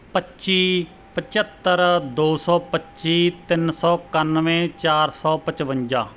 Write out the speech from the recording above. ਪੱਚੀ ਪੰਝੱਤਰ ਦੋ ਸੌ ਪੱਚੀ ਤਿੰਨ ਸੌ ਇਕਾਨਵੇਂ ਚਾਰ ਸੌ ਪੰਚਵੰਜਾ